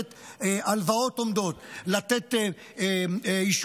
לתת הלוואות עומדות,